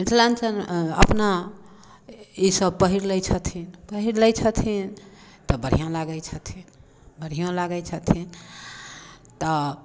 मिथिलाञ्चल मे अपना ई सभ पहिर लै छथिन पहिर लै छथिन तऽ बढ़िआँ लागै छथिन बढ़िआँ लागै छथिन तऽ